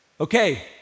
Okay